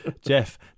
Jeff